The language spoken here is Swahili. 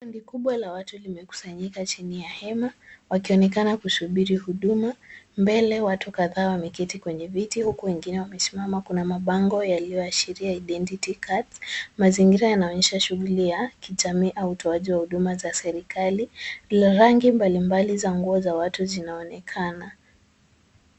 Kundi kubwa la watu limekusanyika chini ya hema wakionekana kushubiri huduma. Mbele watu kadhaa wameketi kwenye viti huku wengine wakisimama. Kuna mabango yaliyoashiria identity cards. Mazingira yanaonyesha shughuli ya kijamii au utoaji wa huduma za serikali. Rangi mbalimbali za nguo za watu zinaonekana.